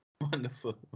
Wonderful